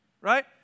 Right